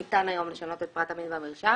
ניתן היום לשנות את פרט המין במרשם.